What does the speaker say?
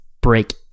break